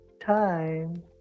time